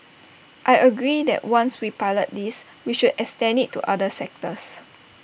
I agree that once we pilot this we should extend IT to other sectors